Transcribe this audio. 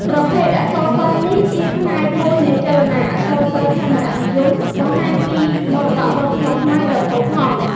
ប្រភេទអក្សរសិល្ប៍នេះជាផ្នែកមួយនៃចលនាអក្សរសិល្ប៍ខេមរនិយម បង្ហាញពីមរតកវប្បធម៌ខ្មែរដ៏ផូរផង់។